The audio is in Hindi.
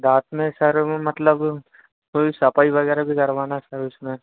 दाँत में शहरो में मतलब कोई सफ़ाई वग़ैरह भी करवाना था उसमें